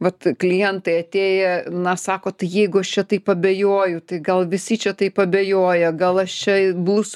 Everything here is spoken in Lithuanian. vat klientai atėję na sako tai jeigu aš čia taip abejoju tai gal visi čia taip abejoja gal aš čia blusų